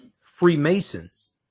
Freemasons